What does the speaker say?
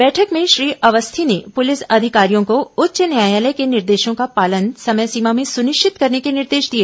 बैठक में श्री अवस्थी ने पुलिस अधिकारियों को उच्च न्यायालय के निर्देशों का पालन समय सीमा में सुनिश्चित करने के निर्देश दिए